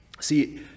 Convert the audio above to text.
See